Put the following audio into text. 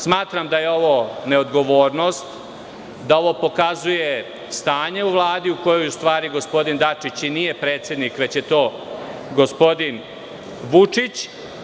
Smatram da je ovo neodgovornost, da ovo pokazuje stanje u Vladi u kojoj, u stvari, gospodin Dačić i nije predsednik, već je to gospodin Vučić.